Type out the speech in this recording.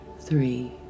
three